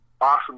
awesome